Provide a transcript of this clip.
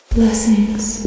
Blessings